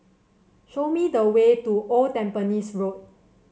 show me the way to Old Tampines Road